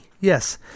Yes